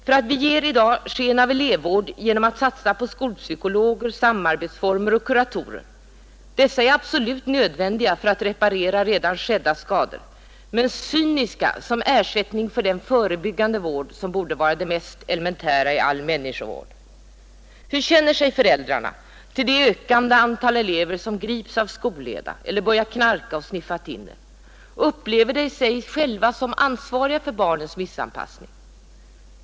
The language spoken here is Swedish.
För att ge sken av elevvård satsar vi i dag på skolpsykologer, samarbetsformer och kuratorer; dessa är absolut nödvändiga för att reparera redan skedda skador men cyniska som ersättning för den förebyggande vård som borde vara det mest elementära i all människovård. Hur känner sig föräldrarna till det ökande antal elever, som grips av skolleda eller börjar knarka eller sniffa thinner? Upplever de sig själva som ansvariga för barnens missanpassning?